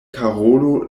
karolo